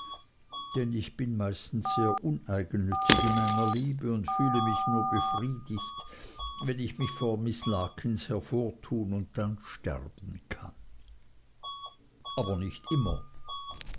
denn ich bin meistens sehr uneigennützig in meiner liebe und fühle mich nur befriedigt wenn ich mich vor miß larkins hervortun und dann sterben kann aber nicht immer